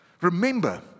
Remember